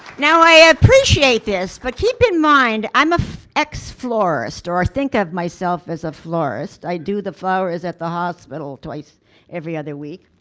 now i appreciate this but keep in mind i'm an ah ex-florist or think of myself as a florist, i do the flowers at the hospital, twice every other week.